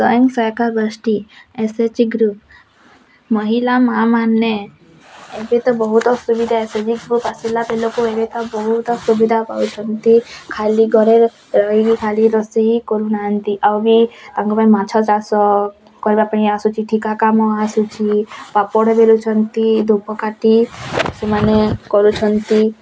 ସ୍ୱୟଂ ସହାୟିକା ଗୋଷ୍ଠୀ ଏସ ଏଚ ଜି ଗ୍ରୁପ ମହିଳା ମାଁମାନେ ଏବେ ତ ବହୁତ ସୁବିଧା ଆସିଲା ବେଲକୁ ଏବେତ ବହୁତ ସୁବିଧା ପାଉଛନ୍ତି ଖାଲି ଘରେ ଏବେ ବି ଖାଲି ରୋଷେଇ କରୁ ନାହାଁନ୍ତି ଆଉ ବି ତାଙ୍କ ପାଇଁ ମାଛ ଚାଷ କରିବା ପାଇଁ ଆସୁଛି ଠିକା କାମ ଆସୁଛି ପାମ୍ପଡ଼ ବେଲୁଛନ୍ତି ଧୂପକାଠି ସେମାନେ କରୁଛନ୍ତି